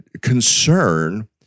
concern